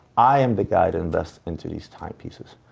i am the guy that invests into these timepieces,